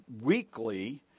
weekly